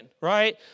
right